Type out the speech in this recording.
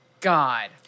God